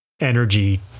energy